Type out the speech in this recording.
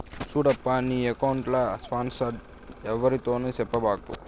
సూడప్పా, నీ ఎక్కౌంట్ల పాస్వర్డ్ ఎవ్వరితోనూ సెప్పబాకు